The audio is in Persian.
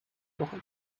باهات